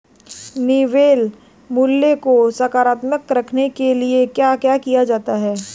निवल मूल्य को सकारात्मक रखने के लिए क्या क्या किया जाता है?